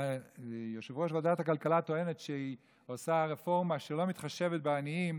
שיושב-ראש ועדת הכלכלה טוען שהיא עושה רפורמה שלא מתחשבת בעניים,